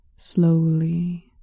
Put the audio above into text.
Slowly